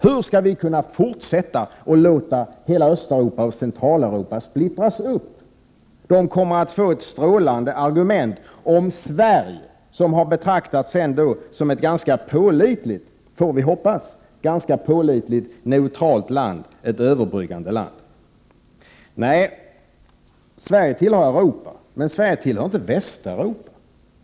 Hur skall vi kunna fortsätta att låta hela Östeuropa och Centraleuropa splittras upp? De kommer att få ett strålande argument i Sverige, som har betraktats — får vi hoppas — som ett ganska pålitligt, neutralt och överbryggande land. Nej, Sverige tillhör Europa, men Sverige tillhör inte Västeuropa.